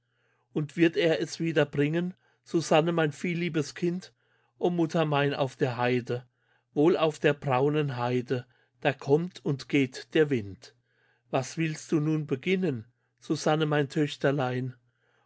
und wird er es wiederbringen susanne mein vielliebes kind o mutter mein auf der heide wohl auf der braunen heide da kommt und geht der wind was willst du nun beginnen susanne mein